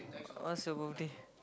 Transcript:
what's your birthday